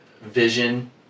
Vision